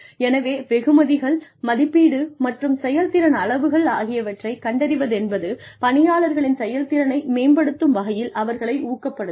எனவே வெகுமதிகள் மதிப்பீடு மற்றும் செயல்திறன் அளவுகள் ஆகியவற்றைக் கண்டறிவதென்பது பணியாளர்களின் செயல்திறனை மேம்படுத்தும் வகையில் அவர்களை ஊக்கப்படுத்தும்